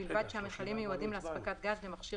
ובלבד שהמכלים מיועדים להספקת גז למכשיר